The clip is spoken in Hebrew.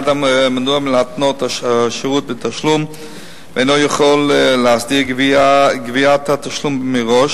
מד"א מנוע מלהתנות השירות בתשלום ואינו יכול להסדיר גביית התשלום מראש,